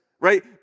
Right